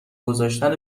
گذاشتن